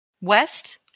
west